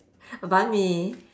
banh-Mi